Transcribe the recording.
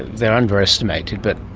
they are underestimated, but